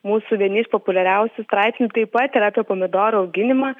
mūsų vieni iš populiariausių straipsnių taip pat ir apie pomidorų auginimą